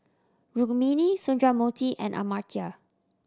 Rukmini Sundramoorthy and Amartya